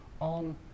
on